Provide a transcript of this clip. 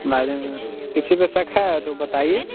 बाज़ू में किसी पे शक़ है तो बताइए